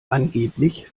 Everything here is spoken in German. angeblich